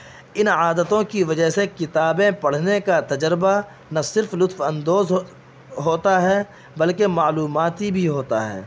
ان عادتوں کی وجہ سے کتابیں پڑھنے کا تجربہ نہ صرف لطف اندوز ہو ہوتا ہے بلکہ معلوماتی بھی ہوتا ہے